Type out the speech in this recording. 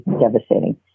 devastating